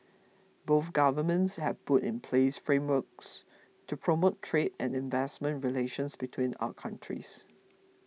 both governments have put in place frameworks to promote trade and investment relations between our countries